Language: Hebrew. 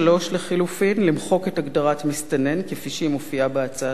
לחלופין: למחוק את הגדרת "מסתנן" כפי שהיא מופיעה בהצעת החוק,